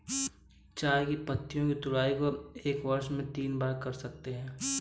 चाय की पत्तियों की तुड़ाई को एक वर्ष में तीन बार कर सकते है